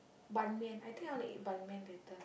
ban-mian I think I wanna eat ban-mian later